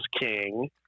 king